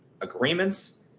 agreements